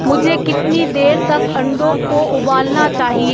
मुझे कितनी देर तक अन्डों को उबालना चाहिए